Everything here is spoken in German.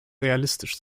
realistisch